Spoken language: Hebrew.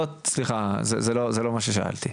סליחה, זה לא מה ששאלתי.